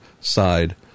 side